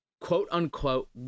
quote-unquote